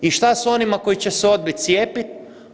I što s onima koji će se odbiti cijepiti?